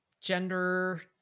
gender